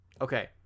okay